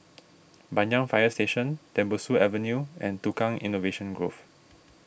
Banyan Fire Station Tembusu Avenue and Tukang Innovation Grove